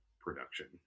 production